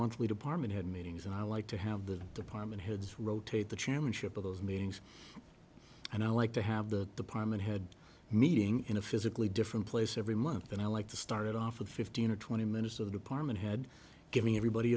monthly department had meetings and i like to have the department heads rotate the chairmanship of those meetings and i like to have the department head meeting in a physically different place every month and i like to start it off with fifteen or twenty minutes of the department head giving everybody